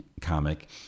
comic